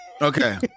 Okay